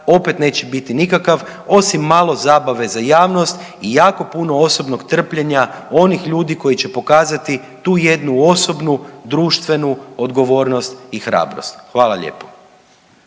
opet neće biti nikakav osim malo zabave za javnost i jako puno osobnog trpljenja onih ljudi koji će pokazati tu jednu osobnu, društvenu odgovornost i hrabrost. Hvala lijepo.